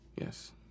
Yes